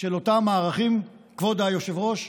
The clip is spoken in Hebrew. של אותם הערכים, כבוד היושב-ראש,